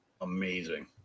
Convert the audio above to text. amazing